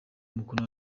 umukono